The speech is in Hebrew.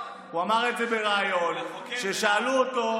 הוא אמר את זה בריאיון כששאלו אותו,